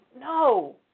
no